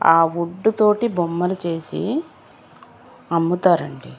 ఆ వుడ్డు తోటి బొమ్మలు చేసి అమ్ముతారండి